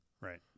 Right